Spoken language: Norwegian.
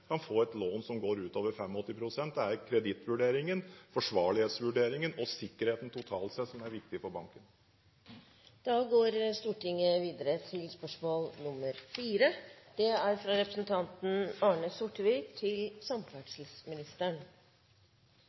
kan også en vanlig mann og kvinne få et lån som går utover 85 pst. Det er kredittvurderingen, forsvarlighetsvurderingen og sikkerheten totalt sett som er viktig for banken. Spørsmålet til samferdselsministeren